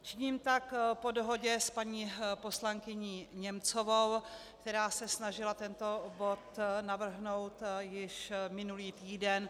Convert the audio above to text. Činím tak po dohodě s paní poslankyní Němcovou, která se snažila tento bod navrhnout již minulý týden.